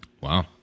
Wow